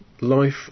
life